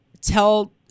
tell